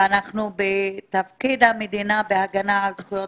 ואנחנו בנושא: תפקיד המדינה בהגנה על זכויות